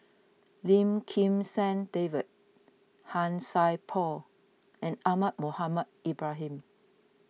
Lim Kim San David Han Sai Por and Ahmad Mohamed Ibrahim